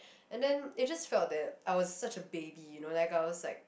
and then it just felt that I was such a baby you know like I was like